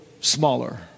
smaller